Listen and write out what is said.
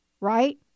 right